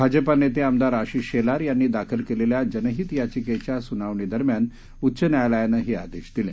भाजपानेते आमदार आशिष शेलार यांनी दाखल केलेल्या जनहित याचिकेच्या सुनावणीदरम्यान उच्च न्यायालयानं हे आदेश दिले